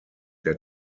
der